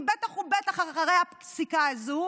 כי בטח ובטח אחרי הפסיקה הזו